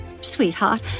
Sweetheart